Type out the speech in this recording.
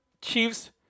Chiefs